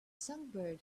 songbird